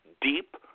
deep